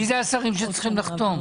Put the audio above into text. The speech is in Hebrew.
מי זה השרים שצריכים לחתום?